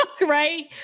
right